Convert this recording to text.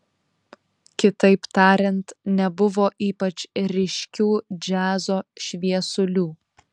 kitaip tariant nebuvo ypač ryškių džiazo šviesulių